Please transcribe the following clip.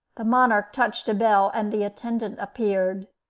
the monarch touched a bell, and the attendant appeared.